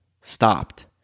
stopped